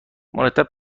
مرتب